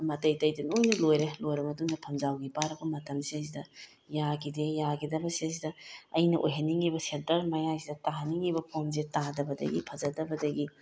ꯑꯃ ꯑꯇꯩ ꯑꯇꯩꯗꯤ ꯂꯣꯏꯅꯃꯛ ꯂꯣꯏꯔꯦ ꯂꯣꯏꯔꯕ ꯃꯇꯨꯡꯗ ꯐꯝꯖꯥꯎꯒꯤ ꯄꯥꯏꯔꯛꯄ ꯃꯇꯝꯁꯤꯗꯩꯁꯤꯗ ꯌꯥꯈꯤꯗꯦ ꯌꯥꯈꯤꯗꯕꯩꯁꯤꯗꯩꯁꯤꯗ ꯑꯩꯅ ꯑꯣꯏꯍꯟꯅꯤꯡꯉꯤꯕ ꯁꯦꯟꯇꯔ ꯃꯌꯥꯏꯁꯤꯗ ꯇꯥꯍꯟꯅꯤꯡꯉꯤꯕ ꯐꯣꯝꯁꯦ ꯇꯥꯗꯕꯗꯒꯤ ꯐꯖꯗꯕꯗꯒꯤ